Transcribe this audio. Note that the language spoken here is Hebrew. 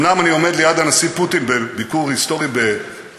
אומנם אני עומד ליד הנשיא פוטין בביקור היסטורי במוסקבה,